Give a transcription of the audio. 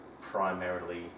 primarily